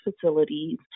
facilities